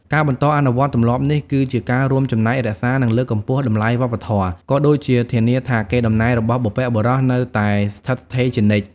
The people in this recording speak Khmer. ការបន្តអនុវត្តន៍ទម្លាប់នេះ គឺជាការរួមចំណែករក្សា និងលើកកម្ពស់តម្លៃវប្បធម៌ ក៏ដូចជាធានាថាកេរដំណែលរបស់បុព្វបុរសនៅតែស្ថិតស្ថេរជានិច្ច។